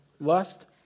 lust